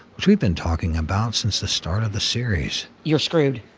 which we've been talking about since the start of the series. you're screwed,